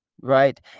Right